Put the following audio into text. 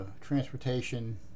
transportation